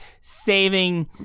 saving